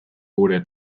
gure